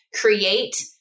create